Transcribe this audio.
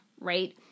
Right